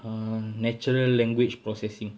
err natural language processing